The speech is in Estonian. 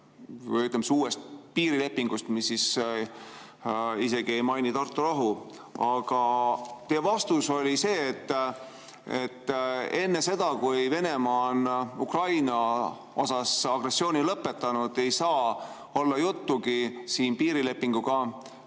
rääkima uuest piirilepingust, mis isegi ei maini Tartu rahu. Teie vastus oli see, et enne seda, kui Venemaa on Ukraina-vastase agressiooni lõpetanud, ei saa olla juttugi piirilepinguga